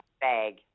bag